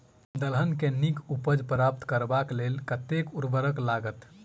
दलहन केँ नीक उपज प्राप्त करबाक लेल कतेक उर्वरक लागत?